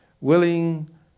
willing